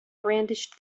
brandished